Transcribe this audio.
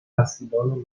التحصیلان